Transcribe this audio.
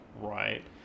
right